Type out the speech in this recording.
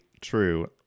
true